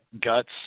Guts